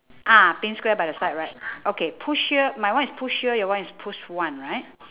ah paint square by the side right okay push here my one is push here your one is push one right